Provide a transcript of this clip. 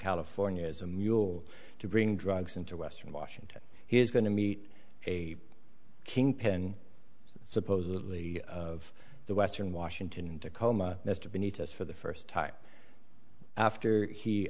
california is a mule to bring drugs into western washington he is going to meet a kingpin supposedly of the western washington in tacoma mr beneath us for the first time after he